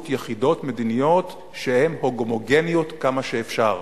יחידות מדיניות שהן הומוגניות כמה שאפשר.